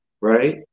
right